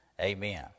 Amen